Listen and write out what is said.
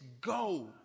go